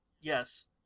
Yes